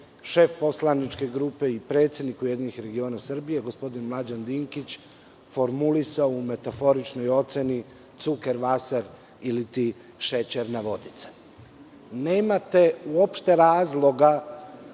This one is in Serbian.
šef poslaničke grupe i predsednik URS gospodin Mlađan Dinkić formulisao u metaforičnoj oceni „cuker vaser“ ili ti šećerna vodica. Nemate uopšte razloga